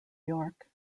york